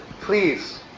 Please